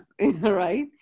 right